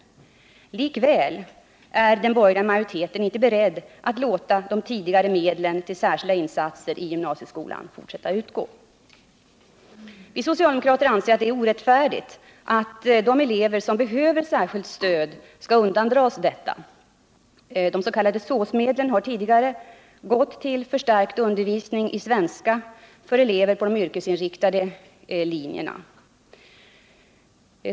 Likväl är den borgerliga majoriteten inte beredd att låta de tidigare medlen till särskilda insatser i gymnasieskolan fortsätta att utgå. Vi socialdemokrater anser det orättfärdigt att de elever som behöver särskilt stöd skall undandras detta. De s.k. SÅS-medlen har exempelvis tidigare gått till förstärkt undervisning i svenska för elever på de yrkesinriktade linjerna.